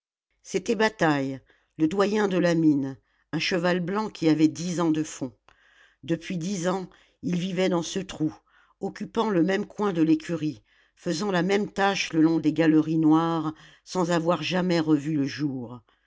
c'était bataille le doyen de la mine un cheval blanc qui avait dix ans de fond depuis dix ans il vivait dans ce trou occupant le même coin de l'écurie faisant la même tâche le long des galeries noires sans avoir jamais revu le jour